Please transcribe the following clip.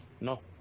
No